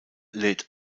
lädt